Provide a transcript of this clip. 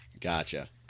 Gotcha